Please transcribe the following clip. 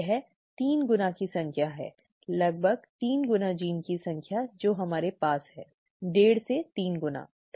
यह 3 गुना की संख्या है लगभग 3 गुना जीन की संख्या जो हमारे पास हैं ठीक डेढ़ से 3 गुना ठीक है